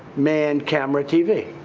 man, camera, tv.